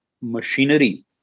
machinery